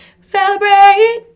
celebrate